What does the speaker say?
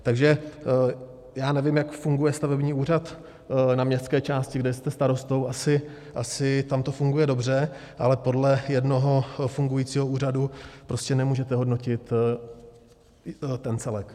Takže já nevím, jak funguje stavební úřad na městské části, kde jste starostou, asi tam to funguje dobře, ale podle jednoho fungujícího úřadu prostě nemůžete hodnotit ten celek.